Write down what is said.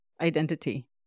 identity